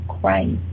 Christ